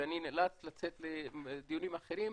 אני נאלץ לצאת לדיונים אחרים,